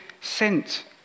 sent